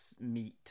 meet